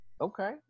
okay